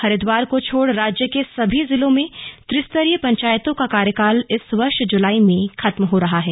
हरिद्वार को छोड़ राज्य के सभी जिलों में त्रिस्तरीय पंचायतों का कार्यकाल इस वर्ष जुलाई में खत्म हो रहा है